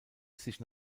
sich